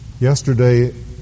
Yesterday